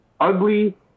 ugly